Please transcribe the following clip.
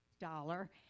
dollar